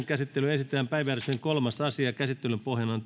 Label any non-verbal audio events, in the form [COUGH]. [UNINTELLIGIBLE] käsittelyyn esitellään päiväjärjestyksen kolmas asia käsittelyn pohjana on [UNINTELLIGIBLE]